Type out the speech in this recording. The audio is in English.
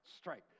strike